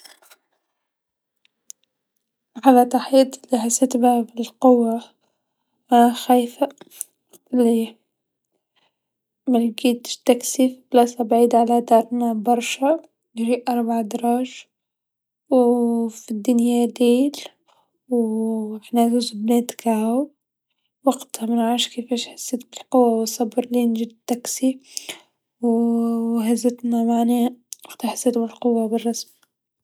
لحظات حياتي لحسيت بيها بالقوى وانا خايفه وقت لي ملقيتش تاكسي في بلاصه بعيدا على دارنا برشا ري اربع دراج و في الدنيا ليل و احنا زوز بنات كاو وقتها منعرفش كيفاش حسيت بالقوى و اصبرني لين جي تاكسي و هزتنا معاها وقت حسيت بالقوى بالرزق.